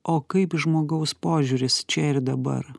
o kaip žmogaus požiūris čia ir dabar